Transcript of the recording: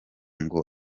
ngo